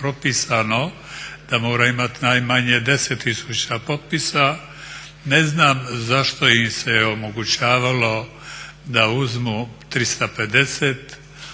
propisano da mora imati najmanje 10 tisuća potpisa ne znam zašto im se omogućavalo da uzmu 350 tisuća